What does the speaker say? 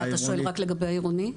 אתה שואל רק לגבי העירוני?